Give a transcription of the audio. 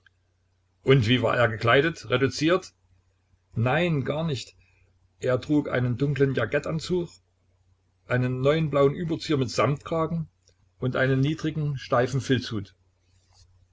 und wie war er gekleidet reduziert nein gar nicht er trug einen dunklen jakettanzug einen neuen blauen überzieher mit samtkragen und einen niedrigen steifen filzhut